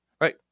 Right